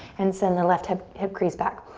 and send the left hip hip crease back.